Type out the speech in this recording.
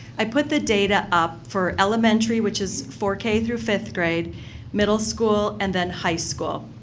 i put the data up for elementary, which is four k through fifth-grade, middle school, and then high school.